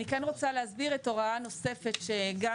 אני כן רוצה להסביר הוראה נוספת שגם